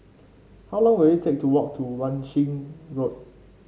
how long will it take to walk to Wan Shih Road